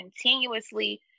continuously